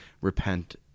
repent